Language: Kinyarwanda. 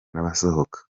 n’abasohoka